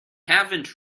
haven’t